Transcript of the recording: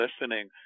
listening